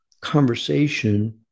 conversation